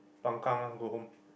pang gang ah go home